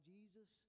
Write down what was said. Jesus